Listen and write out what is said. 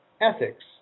ethics